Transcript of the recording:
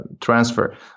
transfer